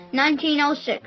1906